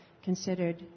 Considered